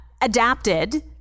adapted